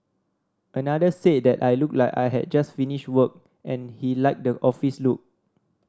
another said that I looked like I had just finished work and he liked the office look